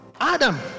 Adam